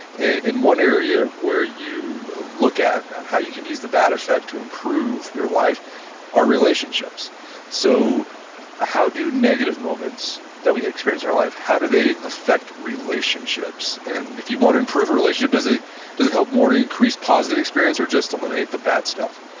and one area where you look at and how you can use the bad effect to improve your life are relationships so how do negative moments that we experience in our life, how do they affect relationships? and if you want to improve a relationship, does it does it help more to increase positive experience or just eliminate the bad stuff?